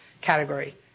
category